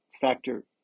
factor